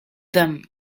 them